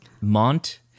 Mont